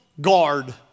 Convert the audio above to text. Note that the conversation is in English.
guard